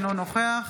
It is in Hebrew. אינו נוכח